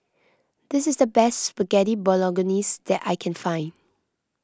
this is the best Spaghetti Bolognese that I can find